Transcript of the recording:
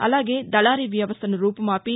అలాగే దళారీ వ్యవస్టను రూపుమాపి